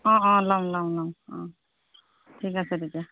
অ' অ' ল'ম ল'ম ল'ম অঁ ঠিক আছে তেতিয়া